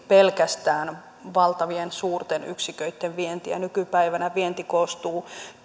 pelkästään valtavien suurten yksiköitten vientiä nykypäivänä vienti koostuu